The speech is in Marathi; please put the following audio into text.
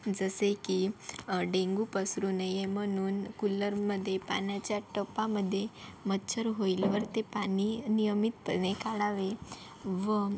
जसे की डेंगू पसरू नये म्हणून कुल्लरमध्ये पाण्याच्या टपामध्ये मच्छर होईल वर ते पाणी नियमितपणे काढावे व